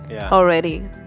already